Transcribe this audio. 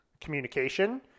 communication